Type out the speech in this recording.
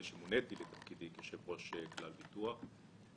שמוניתי לתפקידי כיושב ראש כלל ביטוח.